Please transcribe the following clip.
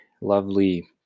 lovely